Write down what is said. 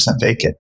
vacant